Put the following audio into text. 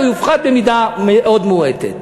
או יופחת במידה מאוד מעטה.